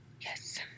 Yes